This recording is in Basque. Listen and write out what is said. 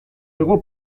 hego